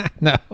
No